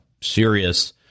serious